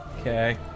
Okay